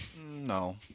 no